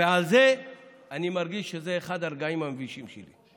על זה אני מרגיש שזה אחד הרגעים המבישים שלי.